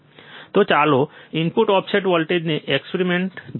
તો ચાલો input offset વોલ્ટેજનો એક્સપેરિમેન્ટ જોઈએ